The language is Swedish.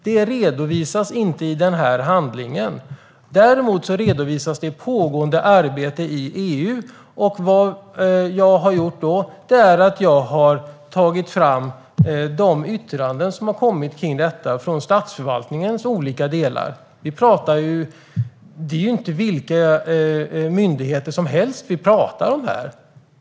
Det redovisas inte i den här handlingen. Däremot redovisas det pågående arbetet i EU. Då har jag tagit fram de yttranden om detta som har kommit från statsförvaltningens olika delar. Det är inte vilka myndigheter som helst som vi talar om.